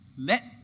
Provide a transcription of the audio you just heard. Let